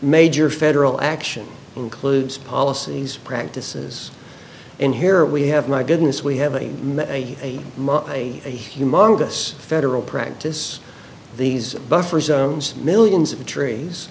major federal action includes policies practices and here we have my goodness we have a humongous federal practice these buffer zones millions of trees